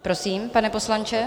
Prosím, pane poslanče.